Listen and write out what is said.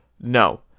no